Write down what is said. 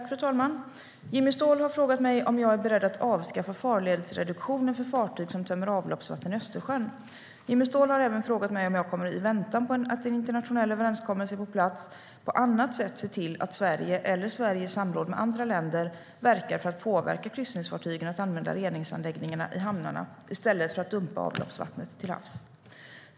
Fru talman! Jimmy Ståhl har frågat mig om jag är beredd att avskaffa farledsavgiftsreduktionen för fartyg som tömmer avloppsvatten i Östersjön. Jimmy Ståhl har även frågat mig om jag, i väntan på att en internationell överenskommelse är på plats, på annat sätt kommer att se till att Sverige, eller Sverige i samråd med andra länder, verkar för att kryssningsfartygen ska använda reningsanläggningarna i hamnarna i stället för att dumpa avloppsvatten till havs.